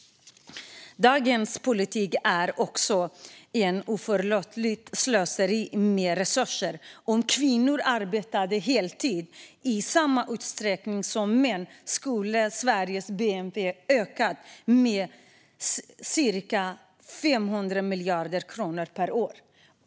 Dagens politik är också ett oförlåtligt slöseri med resurser. Om kvinnor arbetade heltid i samma utsträckning som män skulle Sveriges bnp öka med cirka 500 miljarder kronor per år.